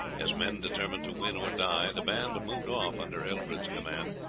as men determined to win or die, the band moved off under eldred's command,